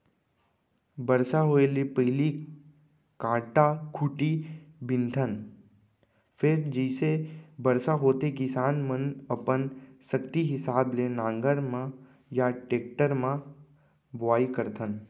बरसा होए ले पहिली कांटा खूंटी बिनथन फेर जइसे बरसा होथे किसान मनअपन सक्ति हिसाब ले नांगर म या टेक्टर म बोआइ करथन